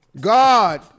God